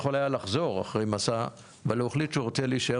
יכול היה לחזור אחרי 'מסע' אבל הוא החליט שהוא רוצה להישאר